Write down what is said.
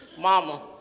Mama